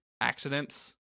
accidents